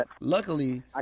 luckily